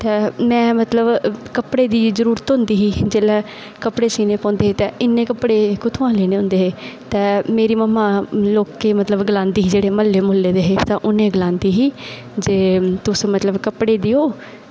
उत्थें में मतलब कपड़े दी जरूरत होंदी ही जेल्लै ते कपड़े सीह्ने होंदे हे ते इन्ने कपड़े कुत्थें सीह्ने होंदे हे ते तां मेरी मम्मा लोकें ई गलांदी ही जेह्ड़े म्हल्लै दे हे उनें ई गलांदी ही